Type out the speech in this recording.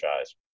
eyes